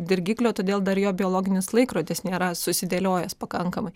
dirgiklio todėl dar jo biologinis laikrodis nėra susidėliojęs pakankamai